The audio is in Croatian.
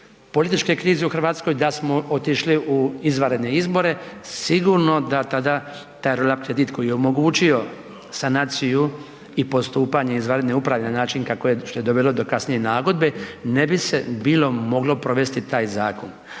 političke krize u Hrvatskoj da smo otišli u izvanredne izbore, sigurno da tada taj roll up kredit koji je omogućio sanaciju i postupanje izvanredne uprave na način kako je što je dovelo do kasnije nagodbe ne bi se bilo moglo provesti taj zakon.